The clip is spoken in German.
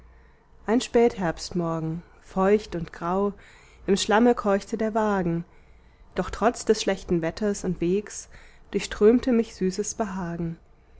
ein spätherbstmorgen feucht und grau im schlamme keuchte der wagen doch trotz des schlechten wetters und wegs durchströmte mich süßes behagen